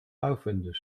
aufwendig